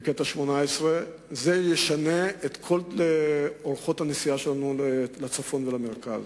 בקטע 18. הקטע הזה ישנה את כל אורחות הנסיעה שלנו לצפון ולמרכז.